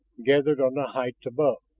gathered on the heights above.